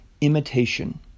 imitation